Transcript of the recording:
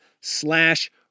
slash